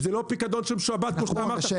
אם זה לא פיקדון שהוא משועבד כמו שאתה אמרת.